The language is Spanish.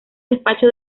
despacho